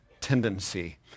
tendency